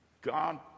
God